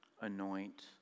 Anoint